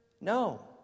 No